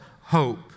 hope